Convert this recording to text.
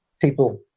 people